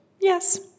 yes